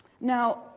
Now